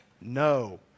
No